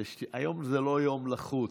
היום זה לא יום לחוץ,